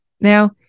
Now